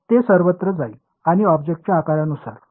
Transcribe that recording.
ते सर्वत्र जाईल आणि ऑब्जेक्टच्या आकारानुसार का